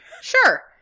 Sure